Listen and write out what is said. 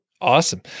Awesome